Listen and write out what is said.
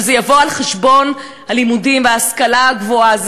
שזה יבוא על חשבון הלימודים וההשכלה הגבוהה.